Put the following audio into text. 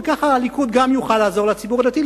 וכך הליכוד גם יוכל לעזור לציבור הדתי,